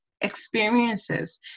experiences